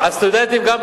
גם הסטודנטים,